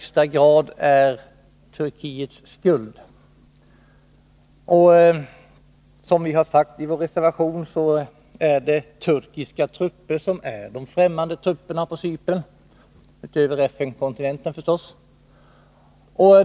Som vi framhållit i vår reservation är det de turkiska trupperna som är de främmande trupperna på Cypern, naturligtvis bortsett från FN-kontingenten.